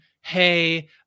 Hey